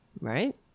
right